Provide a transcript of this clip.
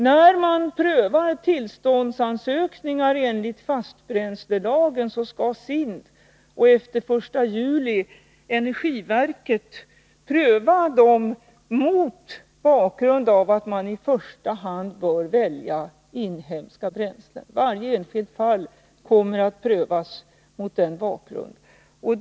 När man prövar tillståndsansökningar enligt fastbränslelagen skall SIND, och efter den 1 juli energiverket, pröva dem mot bakgrund av att man i första hand bör välja inhemska bränslen. Varje enskilt fall kommer att prövas mot den bakgrunden.